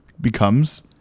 becomes